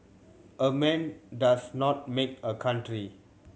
a man does not make a country